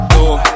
Door